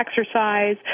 exercise